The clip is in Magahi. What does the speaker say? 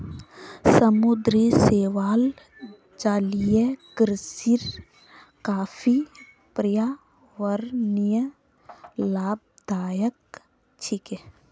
समुद्री शैवाल जलीय कृषिर काफी पर्यावरणीय लाभदायक छिके